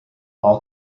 all